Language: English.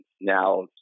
now